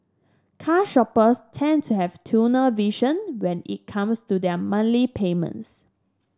car shoppers tend to have tunnel vision when it comes to their monthly payments